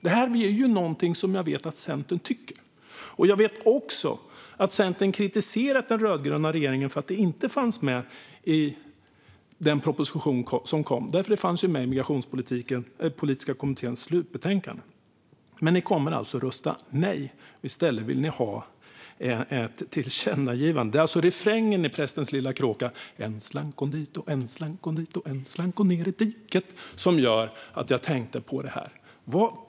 Det blir något som jag vet att Centern tycker. Jag vet också att Centern har kritiserat den rödgröna regeringen för att förslaget inte fanns med i den proposition som lades fram eftersom det fanns med i den migrationspolitiska kommitténs slutbetänkande. Men ni kommer alltså att rösta nej. I stället vill ni ha ett tillkännagivande. Det är alltså refrängen i Prästens lilla kråka som gjorde att jag tänkte på detta. Än slank hon hit ochän slank hon dit, och än slank hon ner i diket.